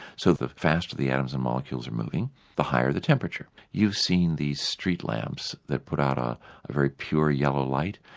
so, the faster the atoms and molecules are moving the higher the temperature. you've seen these street lamps that put out a very pure yellow light,